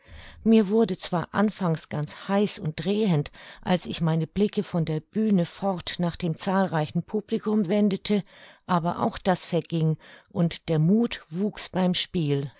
mir wurde zwar anfangs ganz heiß und drehend als ich meine blicke von der bühne fort nach dem zahlreichen publikum wendete aber auch das verging und der muth wuchs beim spiel